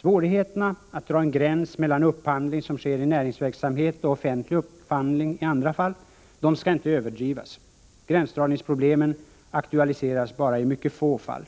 Svårigheterna att dra en gräns mellan upphandling som sker i näringsverksamhet och offentlig upphandling i andra fall skall inte överdrivas. Gränsdragningsproblemen aktualiseras endast i mycket få fall.